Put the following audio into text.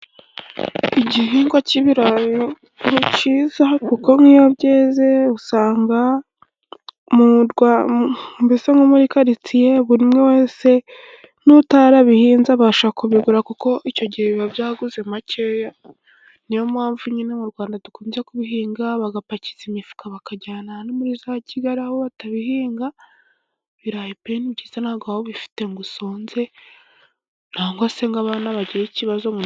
Igihingwa cy'ibirayi ni cyiza, kuko nk’iyo byeze, usanga mbese nko muri karitsiye buri umwe wese, n’utarabihinze abasha kubigura kuko icyo gihe biba byaguze make. Ni yo mpamvu nyine mu Rwanda dukunze kubihinga, bagapakiza imifuka bakajyana muri za Kigali aho batabihinga. Ibirayi pe! Ni byiza ntabwo waba ubifite ngo usonze, cyangwa se ngo abana bagire ikibazo.